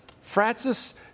Francis